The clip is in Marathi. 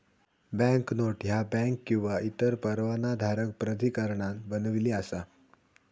बँकनोट ह्या बँक किंवा इतर परवानाधारक प्राधिकरणान बनविली असा